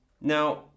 Now